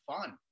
fun